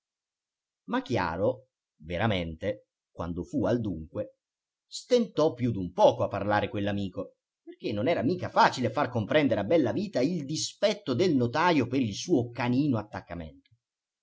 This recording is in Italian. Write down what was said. ma chiaro veramente quando fu al dunque stentò più d'un poco a parlare quell'amico perché non era mica facile far comprendere a bellavita il dispetto del notajo per il suo canino attaccamento